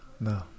No